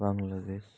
Bangladesh